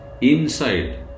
inside